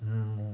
mm